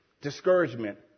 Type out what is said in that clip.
Discouragement